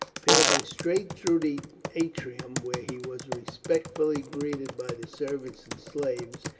passing straight through the atrium, where he was respectfully greeted by the servants and slaves,